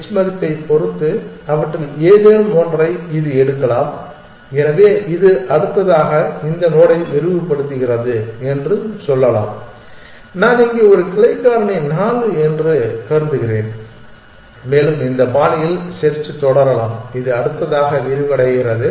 H மதிப்பைப் பொறுத்து அவற்றில் ஏதேனும் ஒன்றை இது எடுக்கலாம் எனவே இது அடுத்ததாக இந்த நோடை விரிவுபடுத்துகிறது என்று சொல்லலாம் நான் இங்கே ஒரு கிளை காரணி 4 என்று கருதுகிறேன் மேலும் இந்த பாணியில் செர்ச் தொடரலாம் இது அடுத்ததாக விரிவடைகிறது